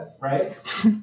right